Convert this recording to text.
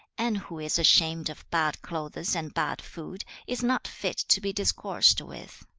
and who is ashamed of bad clothes and bad food, is not fit to be discoursed with